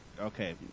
okay